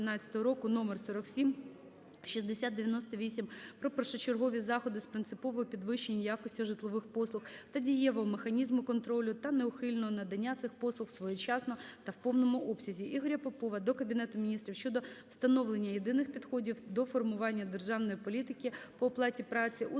року № 47/6098 "Про першочергові заходи з принципового підвищення якості житлових послуг та дієвого механізму контролю та неухильного надання цих послуг своєчасно та у повному обсязі". Ігоря Попова до Кабінету Міністрів щодо встановлення єдиних підходів до формування державної політики по оплати праці в